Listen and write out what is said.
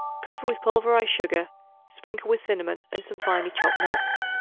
cover with pulverized sugar sprinkle with cinnamon and some finely chopped nuts.